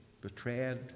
betrayed